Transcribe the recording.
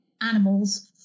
animal's